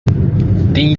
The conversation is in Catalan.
tinc